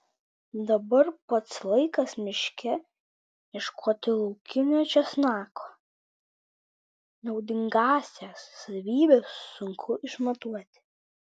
dabar pats laikas miške ieškoti laukinio česnako naudingąsias savybes sunku išmatuoti